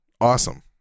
awesome